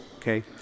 Okay